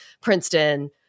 princeton